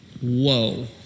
whoa